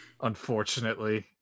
Unfortunately